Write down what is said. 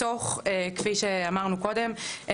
מתוך כפי שאמרנו קודם,